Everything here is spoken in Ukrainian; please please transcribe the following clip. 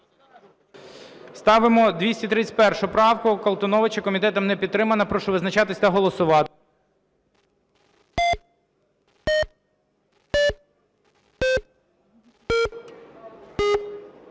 Ставимо 231 правку Колтуновича. Комітетом не підтримана. Прошу визначатися та голосувати.